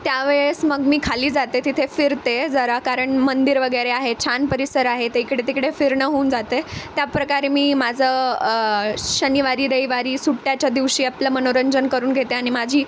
त्यावेळेस मग मी खाली जाते तिथे फिरते जरा कारण मंदिर वगैरे आहे छान परिसर आहे ते इकडे तिकडे फिरणं होऊन जाते त्याप्रकारे मी माझं शनिवारी रविवारी सुट्ट्याच्या दिवशी आपलं मनोरंजन करून घेते आणि माझी